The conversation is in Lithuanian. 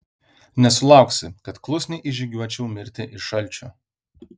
nesulauksi kad klusniai išžygiuočiau mirti iš šalčio